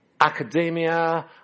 academia